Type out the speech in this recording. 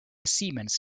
siemens